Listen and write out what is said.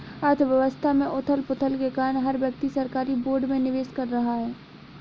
अर्थव्यवस्था में उथल पुथल के कारण हर व्यक्ति सरकारी बोर्ड में निवेश कर रहा है